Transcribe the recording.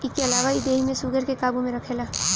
इके अलावा इ देहि में शुगर के काबू में रखेला